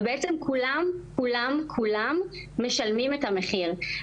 ובעצם כולם-כולם משלמים את המחיר.